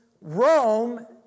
Rome